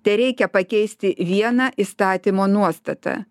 tereikia pakeisti vieną įstatymo nuostatą